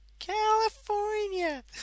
California